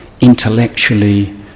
intellectually